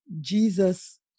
Jesus